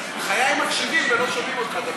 חיים, מקשיבים ולא שומעים אותך.